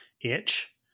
itch